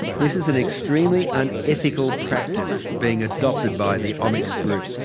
this is an extremely unethical practice being adopted by the omics group.